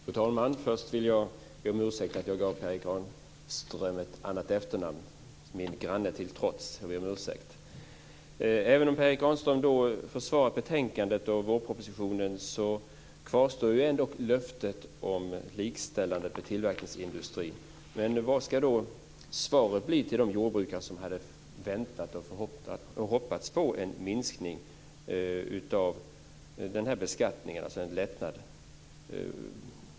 Fru talman! Först vill jag be om ursäkt för att jag gav Per Erik Granström ett annat efternamn, min granne till trots. Jag ber om ursäkt. Även om Per Erik Granström försvarar betänkandet och vårpropositionen kvarstår ändock löftet om likställandet med tillverkningsindustrin. Vilket ska svaret bli till de jordbrukare som hade väntat och hoppats på en minskning av beskattningen, alltså en lättnad?